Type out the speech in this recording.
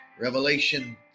Revelation